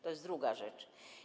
To jest druga rzecz.